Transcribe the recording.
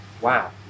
Wow